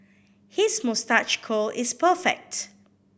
his moustache curl is perfect